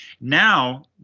Now